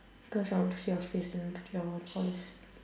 cause I want to see your face and hear your voice